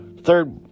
third